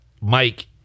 Mike